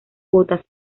botas